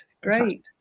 Great